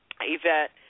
Yvette